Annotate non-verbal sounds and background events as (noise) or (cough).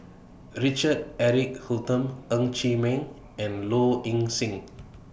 Richard Eric Holttum Ng Chee Meng and Low Ing Sing (noise)